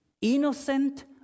innocent